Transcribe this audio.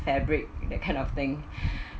like fabric that kind of thing